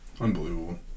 Unbelievable